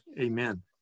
Amen